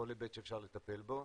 כל היבט שאפשר לטפל בו.